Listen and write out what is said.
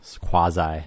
quasi